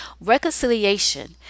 Reconciliation